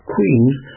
Queen's